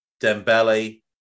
Dembele